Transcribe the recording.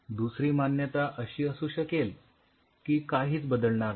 दुसरी मान्यता अशी असू शकेल की काहीच बदलणार नाही